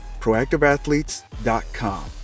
proactiveathletes.com